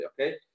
okay